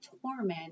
torment